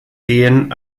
sehen